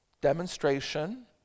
demonstration